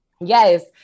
yes